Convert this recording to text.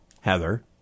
Heather